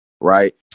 right